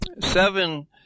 Seven